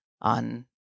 on